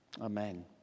Amen